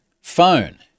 phone